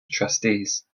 trustees